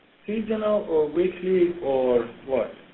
seasonal or weekly or what?